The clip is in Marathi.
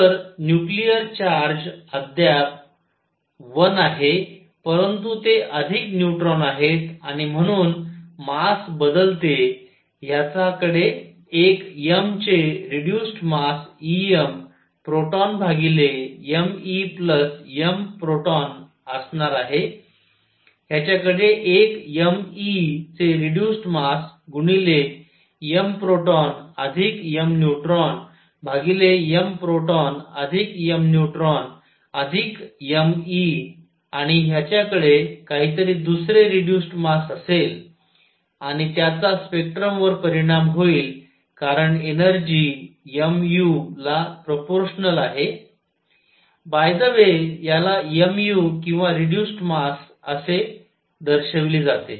तर न्यूक्लिअर चार्ज अद्याप 1 आहे परंतु ते अधिक न्यूट्रॉन आहेत आणि म्हणून मास बदलते ह्याच्या कडे एक m चे reduced mass e m proton भागिले m e plus m proton असणार आहे ह्याच्या कडे एक m e चे रेड्युज्ड मास गुणिले m प्रोटॉन अधिक m न्यूट्रॉन भागिले m प्रोटॉन अधिक m न्यूट्रॉन अधिक m e आणि ह्याच्या कडे काहीतरी दुसरे रेड्युज्ड मास असेल आणि त्याचा स्पेक्ट्रमवर परिणाम होईल कारण एनर्जी mu ला प्रोपोर्शनल आहे बाय द वे याला mu किंवा रेड्युज्ड मास असे दर्शविले जाते